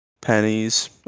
pennies